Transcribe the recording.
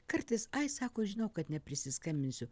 kartais ai sako žinau kad neprisiskambinsiu